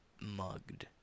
mugged